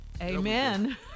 Amen